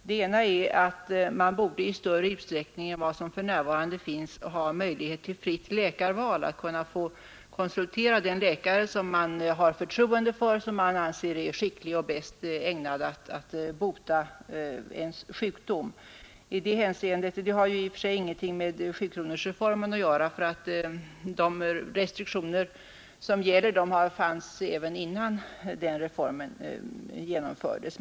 Den ena är att man i större utsträckning än för närvarande borde ha möjligheter till fritt läkarval, att kunna fa konsultera den läkare som man har förtroende för. som man anser skicklig och bäst ägnad att bota ens sjukdom, Detta har i och för sig ingenting med sikt onorsreformen att göra ty de restriktioner som gäller fanns även innan den reformen genomfördes.